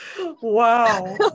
wow